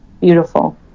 Beautiful